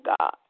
God